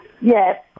Yes